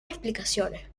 explicaciones